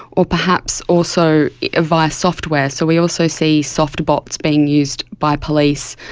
or perhaps also via software. so we also see soft bots being used by police.